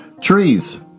Trees